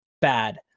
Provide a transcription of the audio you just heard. bad